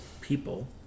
people